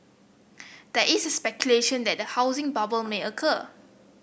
there is speculation that a housing bubble may occur